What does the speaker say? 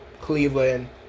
Cleveland